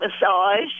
massage